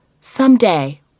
Someday